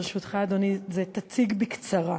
ברשותך, אדוני, זה "תציג בקצרה".